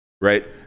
right